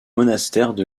monastère